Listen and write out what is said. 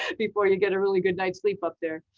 before you get a really good night's sleep up there.